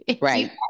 Right